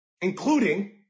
including